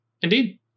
Indeed